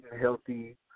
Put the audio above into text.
healthy